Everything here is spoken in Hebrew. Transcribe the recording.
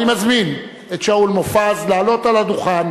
אני מזמין את שאול מופז לעלות על הדוכן